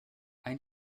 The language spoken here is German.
ein